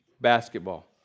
basketball